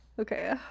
Okay